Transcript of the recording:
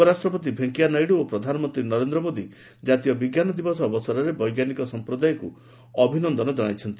ଉପରାଷ୍ଟ୍ରପତି ଭେଙ୍କେୟା ନାଇଡୁ ଓ ପ୍ରଧାନମନ୍ତ୍ରୀ ନରେନ୍ଦ୍ର ମୋଦି ଜାତୀୟ ବିଜ୍ଞାନ ଦିବସ ଅବସରରେ ବୈଜ୍ଞାନିକ ସମ୍ପ୍ରଦାୟକୁ ଅଭିନନ୍ଦନ ଜଣାଇଛନ୍ତି